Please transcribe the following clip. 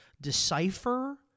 decipher